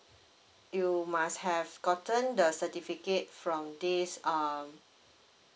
you must have gotten the certificate from this um